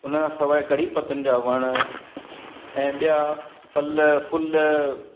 हुन खां सवाइ कड़ी पतनि जा वण ऐं ॿिया फल फुल